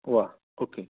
वा ओके